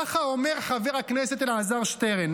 ככה אומר חבר הכנסת אלעזר שטרן,